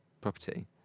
property